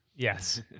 Yes